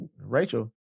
Rachel